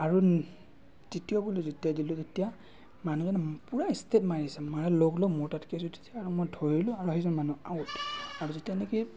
আৰু তৃতীয় বলটো যেতিয়া দিলোঁ তেতিয়া মানুহজনে পূৰা ষ্ট্ৰেইট মাৰিছে মাৰাৰ লগা লগ মোৰ তাত কেট্ছ উঠিছে আৰু মই ধৰিলোঁ আৰু সেইজন মানুহ আউট আৰু যেতিয়া নেকি